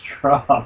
drop